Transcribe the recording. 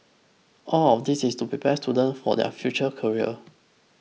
all of this is to prepare students for their future career